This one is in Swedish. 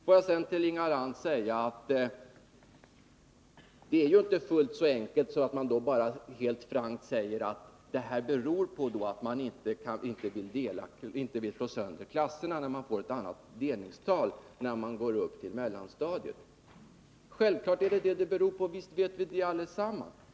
Får jag sedan till Inga Lantz säga att det inte är fullt så enkelt att man bara helt frankt säger att för att få ett högre medeltal per klass måste man slå sönder klasserna i mellanstadiet. Självklart är det så, det vet vi allesammans.